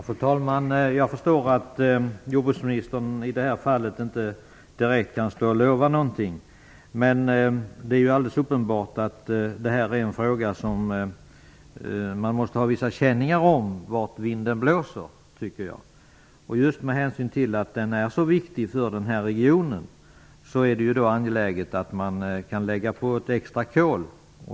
Fru talman! Jag förstår att jordbruksministern i detta fall inte direkt kan lova någonting, men det är alldeles uppenbart att det är en fråga där man måste ha vissa känningar om vart vinden blåser. Just med hänsyn till att den är så viktig för regionen är det angeläget att man lägger på ett extra kol.